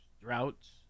droughts